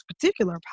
particular